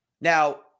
Now